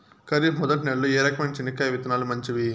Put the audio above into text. ఖరీఫ్ మొదటి నెల లో ఏ రకమైన చెనక్కాయ విత్తనాలు మంచివి